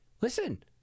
listen